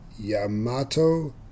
Yamato